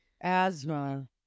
asthma